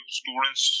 students